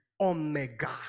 omega